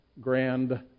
grand